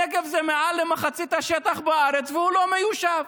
הנגב זה מעל מחצית השטח בארץ והוא לא מיושב.